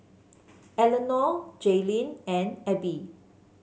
Elenor Jaylynn and Abie